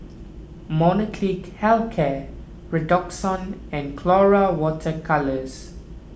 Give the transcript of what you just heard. Molnylcke hell care Redoxon and Colora Water Colours